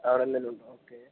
ആണല്ലേലും okay